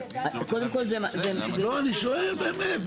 לא, אני שואל באמת.